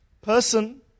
person